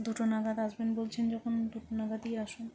দুটো নাগাদ আসবেন বলছেন যখন দুটো নাগাদই আসুন